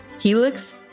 Helix